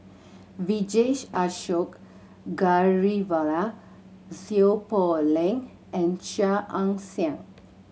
Vijesh Ashok Ghariwala Seow Poh Leng and Chia Ann Siang